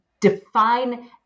define